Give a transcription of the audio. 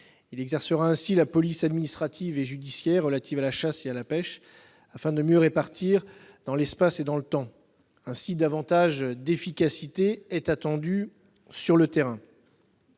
exercera ainsi la police administrative et judiciaire relative à la chasse et à la pêche, afin de mieux la répartir dans l'espace et dans le temps. Davantage d'efficacité est ainsi attendue sur le terrain.